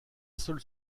seule